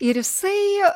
ir jisai